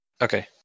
Okay